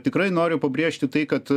tikrai noriu pabrėžti tai kad